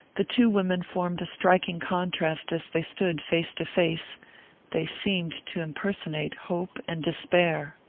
the two women formed a striking contrast as they stood face to face they seemed to impersonate hope and despair.